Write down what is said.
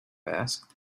asked